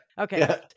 okay